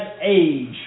age